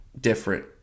different